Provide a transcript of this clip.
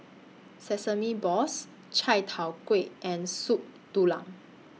Sesame Balls Chai Tow Kuay and Soup Tulang